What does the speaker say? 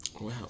Wow